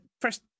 first